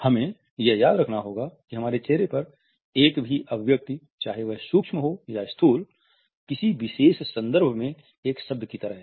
हमें यह भी याद रखना होगा कि हमारे चेहरे पर एक भी अभिव्यक्ति चाहे वह सूक्ष्म हो या स्थूल किसी विशेष संदर्भ में एक शब्द की तरह है